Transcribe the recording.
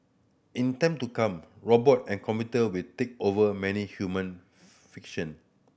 in time to come robot and computer will take over many human fiction